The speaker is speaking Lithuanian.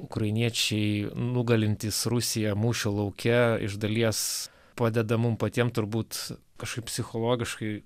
ukrainiečiai nugalintys rusiją mūšio lauke iš dalies padeda mum patiem turbūt kažkaip psichologiškai